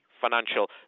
Financial